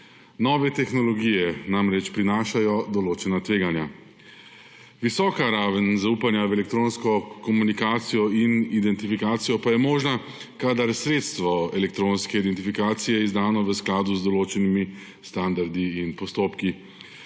Nove tehnologije namreč prinašajo določena tveganja. Visoka raven zaupanja v elektronsko komunikacijo in identifikacijo pa je možna, kadar je sredstvo elektronske identifikacije izdano v skladu z določenimi standardi in postopki,